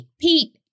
Pete